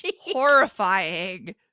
horrifying